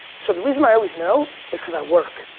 so the reason i always know is cause i work.